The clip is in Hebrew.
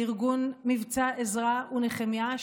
בארגון מבצע עזרא ונחמיה,